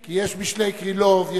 --- כי יש משלי קרילוב,